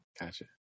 Gotcha